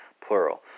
plural